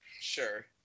sure